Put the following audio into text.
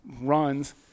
runs